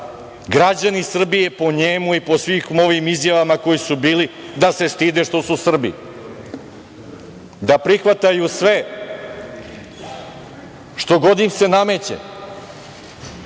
građani Srbije, po njemu i po svim ovim izjavama koje su bile, da se stide što su Srbi, da prihvataju sve, što god im se nameće,